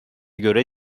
göre